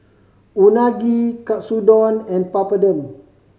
Unagi Katsudon and Papadum